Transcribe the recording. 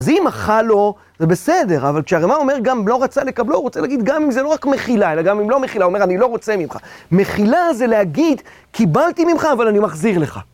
אז אם מחל לו, זה בסדר, אבל כשהרמ"א אומר, גם לא רצה לקבלו, הוא רוצה להגיד, גם אם זה לא רק מחילה, אלא גם אם לא מכילה, הוא אומר, אני לא רוצה ממך. מחילה זה להגיד, קיבלתי ממך, אבל אני מחזיר לך.